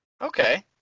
Okay